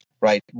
right